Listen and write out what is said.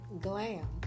glam